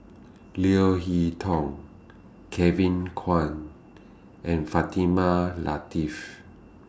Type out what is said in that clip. Leo Hee Tong Kevin Kwan and Fatimah Lateef